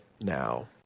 now